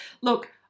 look